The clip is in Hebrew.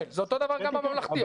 זה אותו דבר גם בממלכתי.